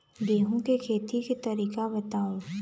गेहूं के खेती के तरीका बताव?